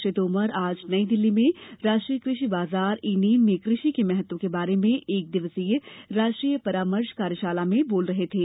श्री तोमर आज नई दिल्ली में राष्ट्रीय कृषि बाजार ई नैम में कृषि के महत्व के बारे में एक दिवसीय राष्ट्रीय परामर्श कार्यशाला में बोल रहे थे